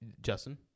Justin